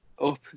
up